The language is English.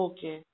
Okay